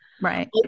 Right